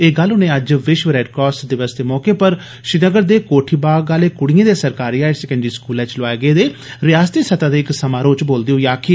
एह गल्ल उनें अज्ज विष्व रेडक्रास दिवस दे मौके पर श्रीनगर दे कोठीबाग आले कुडिए दे सरकारी हायर सकैंडरी स्कूलै च लोआए गेदे रियासती सतह दे इक समारोह च बोलदे होई आक्खी